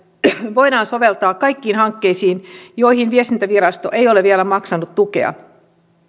voidaan soveltaa kaikkiin hankkeisiin joihin viestintävirasto ei ole vielä maksanut tukea